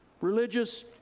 religious